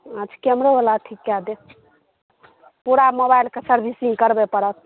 अच्छा कैमरोवाला ठीक कए देब पूरा मोबाइलके सर्विसिंग करबय पड़त